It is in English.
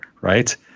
right